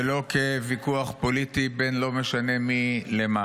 ולא כוויכוח פוליטי בין לא משנה מי למה.